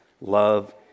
Love